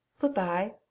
Goodbye